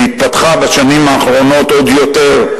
והתפתחה בשנים האחרונות עוד יותר,